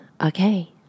Okay